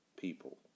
people